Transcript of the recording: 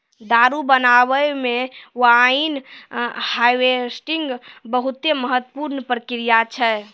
दारु बनाबै मे वाइन हार्वेस्टिंग बहुते महत्वपूर्ण प्रक्रिया छै